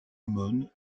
aumône